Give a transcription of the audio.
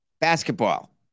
Basketball